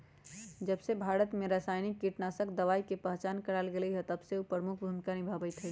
जबसे भारत में रसायनिक कीटनाशक दवाई के पहचान करावल गएल है तबसे उ प्रमुख भूमिका निभाई थई